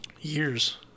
Years